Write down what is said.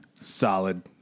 solid